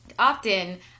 Often